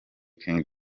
king